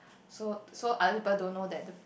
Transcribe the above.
so so other people don't know that the